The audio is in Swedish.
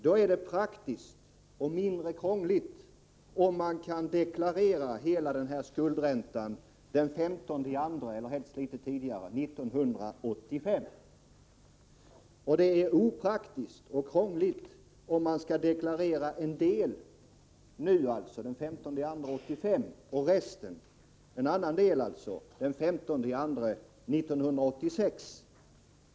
Då är det praktiskt och mindre krångligt att deklarera hela skuldräntan den 15 februari 1985 eller helst något tidigare. Det är opraktiskt och krångligt att deklarera en del av denna ränta den 15 februari 1985 och en annan del den 15 februari 1986.